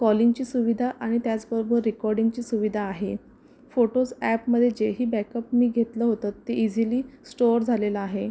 कॉलिंगची सुविधा आणि त्याचबरोबर रेकॉर्डिंगची सुविधा आहे फोटोस अॅपमध्ये जे ही बॅकअप मी घेतलं होतं ते इझिली स्टोअर झालेलं आहे